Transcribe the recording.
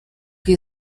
que